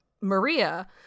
Maria